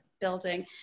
building